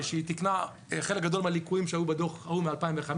שהיא תיקנה חלק גדול מהליקויים שהיו בדוח ההוא מ-2015,